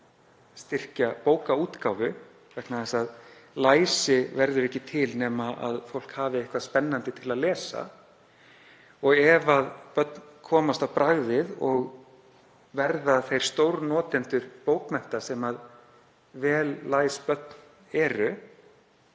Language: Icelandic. styrkja bókaútgáfu vegna þess að læsi verður ekki til nema fólk hafi eitthvað spennandi til að lesa. Ef börn komast á bragðið og verða þeir stórnotendur bókmennta sem vel læs börn eru